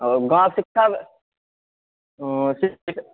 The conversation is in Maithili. ओ गाँव शिक्षा ओ सी